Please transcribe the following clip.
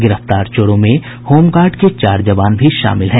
गिरफ्तार चोरों में होमगार्ड के चार जवान भी शामिल है